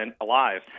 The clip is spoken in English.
alive